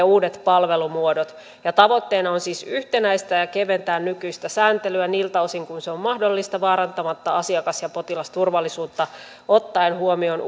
uudet palvelumuodot tavoitteena on siis yhtenäistää ja keventää nykyistä sääntelyä niiltä osin kuin se on mahdollista vaarantamatta asiakas ja potilasturvallisuutta ottaen huomioon